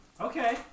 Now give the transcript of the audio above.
Okay